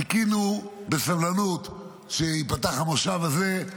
חיכינו בסבלנות שייפתח המושב הזה,